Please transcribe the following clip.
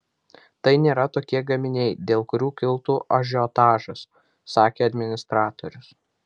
tai nėra tokie gaminiai dėl kurių kiltų ažiotažas sakė administratorius